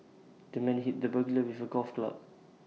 the man hit the burglar with A golf club